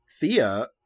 Thea